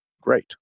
great